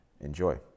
enjoy